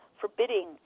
forbidding